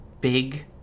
Big